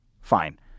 Fine